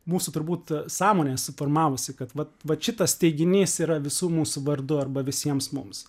mūsų turbūt sąmonę suformavusi kad vat vat šitas teiginys yra visų mūsų vardu arba visiems mums